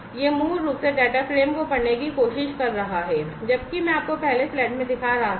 और यह मूल रूप से डेटा फ्रेम को पढ़ने की कोशिश कर रहा है जबकि मैं आपको पहले स्लाइड में दिखा रहा था